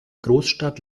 großstadt